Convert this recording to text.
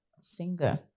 singer